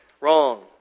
wrong